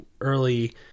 early